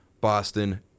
boston